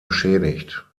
beschädigt